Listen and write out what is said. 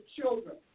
children